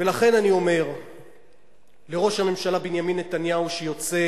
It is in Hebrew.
ולכן אני אומר לראש הממשלה בנימין נתניהו שיוצא